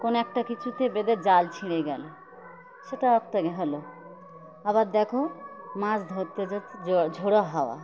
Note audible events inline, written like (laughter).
কোনো একটা কিছুতে বেঁধে জাল ছিঁড়ে গেল সেটা (unintelligible) হলো আবার দেখো মাছ ধরতে যেতে ঝোড়ো হাওয়া